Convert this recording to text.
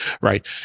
right